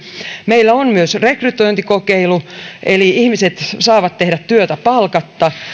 meillä on myös rekrytointikokeilu eli ihmiset saavat tehdä työtä palkatta